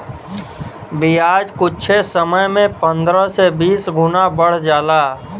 बियाज कुच्छे समय मे पन्द्रह से बीस गुना बढ़ जाला